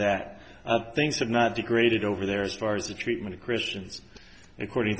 that things have not degraded over there as far as the treatment of christians according